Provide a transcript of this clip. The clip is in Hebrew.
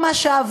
הוא